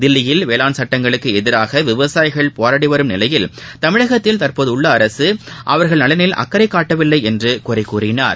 தில்லியில் வேளாண் சட்டங்களுக்கு எதிராக விவசாயிகள் போராடி வரும் நிலையில் தமிழகத்தில் தற்போதுள்ள அரசு அவர்கள் நலனில் அக்கறை காட்டவில்லை என்று குறைகூறினார்